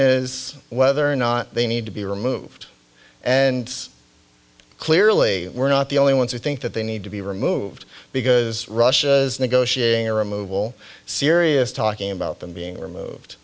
is whether or not they need to be removed and clearly we're not the only ones who think that they need to be removed because russia is negotiating a removal serious talking about them being removed